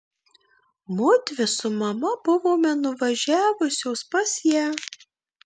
mudvi su mama buvome nuvažiavusios pas ją